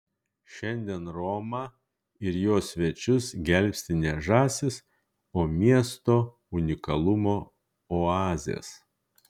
šiandien romą ir jos svečius gelbsti ne žąsys o miesto unikalumo oazės